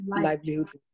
livelihoods